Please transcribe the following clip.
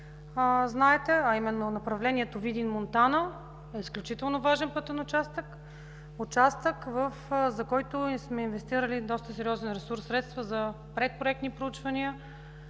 направление, а именно направлението Видин – Монтана, е изключително важен пътен участък, за който сме инвестирали доста сериозен ресурс от средства за предпроектни проучвания,